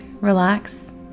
relax